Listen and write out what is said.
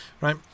right